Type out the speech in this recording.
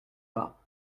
pas